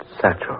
Satchel